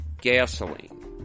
gasoline